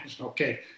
Okay